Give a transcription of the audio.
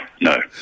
No